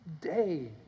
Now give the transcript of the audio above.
day